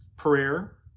prayer